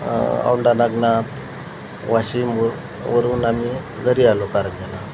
औंढा नागनाथ वाशिम वर वरून आम्ही घरी आलो कारंजाला